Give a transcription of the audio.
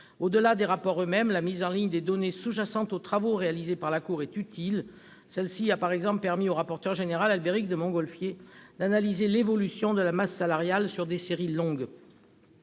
Au-delà des rapports eux-mêmes, la mise en ligne des données sous-jacentes aux travaux réalisés par la Cour des comptes est utile. Celle-ci a notamment permis au rapporteur général, Albéric de Montgolfier, d'analyser l'évolution de la masse salariale sur des séries longues.